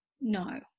no